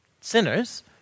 sinners